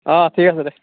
অ ঠিক আছে দে